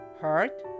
hurt